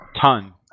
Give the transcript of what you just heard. Ton